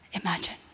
Imagine